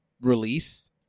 release